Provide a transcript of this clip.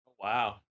Wow